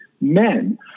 men